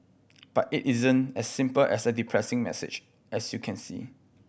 but it isn't as simple as a depressing message as you can see